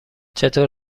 چطور